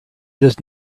does